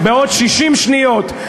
למה אתה צווח כל כך?